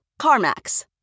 CarMax